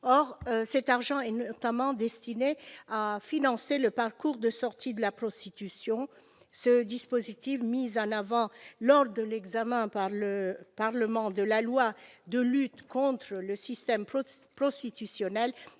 or cette argent est notamment destinée à financer le parcours de sortie de la prostitution, ce dispositif, mis en avant lors de l'examen par le parlement de la loi de lutte contre le système prostitutionnel